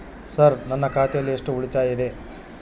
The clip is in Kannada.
ಸರ್ ನನ್ನ ಖಾತೆಯಲ್ಲಿ ಎಷ್ಟು ಉಳಿತಾಯ ಇದೆ?